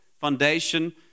foundation